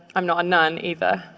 i'm not a nun, either.